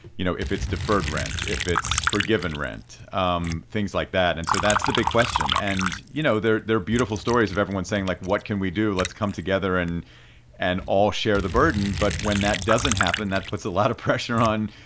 you know, if it's deferred rent, if it's forgiven rent um things like that? and so that's the big question. and, you know, there are beautiful stories of everyone saying, like, what can we do? let's come together and and all share the burden. but when that doesn't happen, that puts a lot of pressure on,